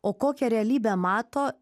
o kokią realybę mato